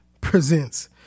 presents